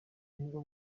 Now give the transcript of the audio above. nibwo